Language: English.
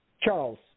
Charles